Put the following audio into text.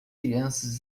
crianças